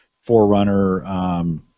Forerunner